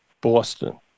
Boston